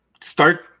start